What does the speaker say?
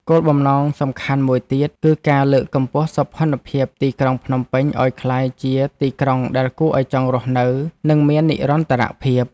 គោលបំណងសំខាន់មួយទៀត គឺការលើកកម្ពស់សោភ័ណភាពទីក្រុងភ្នំពេញឱ្យក្លាយជាទីក្រុងដែលគួរឱ្យចង់រស់នៅ និងមាននិរន្តរភាព។